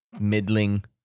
middling